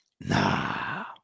Nah